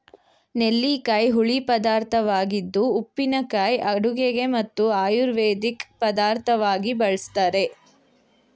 ನೆಲ್ಲಿಕಾಯಿ ಹುಳಿ ಪದಾರ್ಥವಾಗಿದ್ದು ಉಪ್ಪಿನಕಾಯಿ ಅಡುಗೆಗೆ ಮತ್ತು ಆಯುರ್ವೇದಿಕ್ ಪದಾರ್ಥವಾಗಿ ಬಳ್ಸತ್ತರೆ